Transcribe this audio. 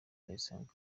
ndayisenga